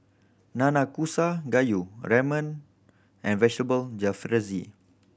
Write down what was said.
Nanakusa Gayu Ramen and Vegetable Jalfrezi